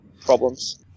problems